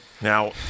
Now